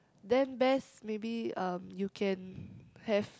then best maybe um you can have